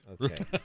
Okay